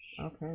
Okay